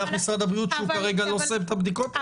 משרד הבריאות אומר לך שהוא כרגע לא עושה את הבדיקות האלה.